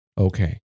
Okay